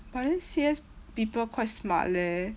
but then C_S people quite smart leh